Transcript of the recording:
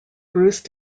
bruce